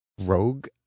Rogue